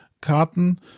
Karten